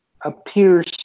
appears